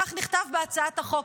כך נכתב בהצעת החוק.